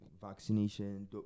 vaccination